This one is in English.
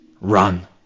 run